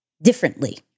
Differently